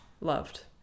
loved